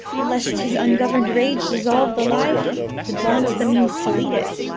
lest his ungovern'd rage dissolve the life that wants the means to lead it.